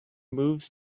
moves